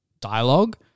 dialogue